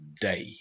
day